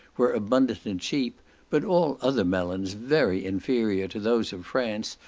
were abundant and cheap but all other melons very inferior to those of france,